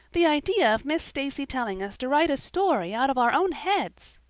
the idea of miss stacy telling us to write a story out of our own heads!